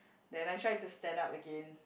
then I tried to stand up again